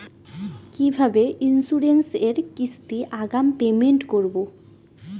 কিভাবে ইন্সুরেন্স এর কিস্তি আগাম পেমেন্ট করবো?